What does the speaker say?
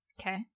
Okay